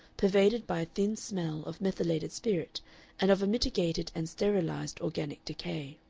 pervaded by a thin smell of methylated spirit and of a mitigated and sterilized organic decay.